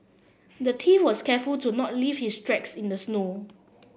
the thief was careful to not leave his tracks in the snow